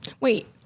Wait